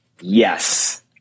Yes